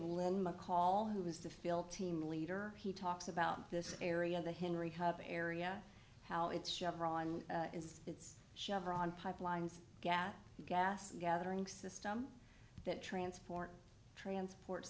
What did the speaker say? len mccall who is the feel team leader he talks about this area of the henry cover area how it's chevron is it's chevron pipelines gas gas gathering system that transport transport